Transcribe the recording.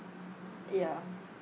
ya